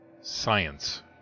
Science